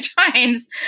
times